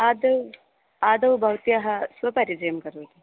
आदौ आदौ भवत्याः स्वपरिचयं करोतु